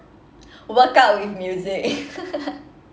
workout with music